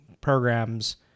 programs